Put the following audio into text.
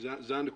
זו הנקודה.